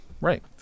Right